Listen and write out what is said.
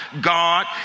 God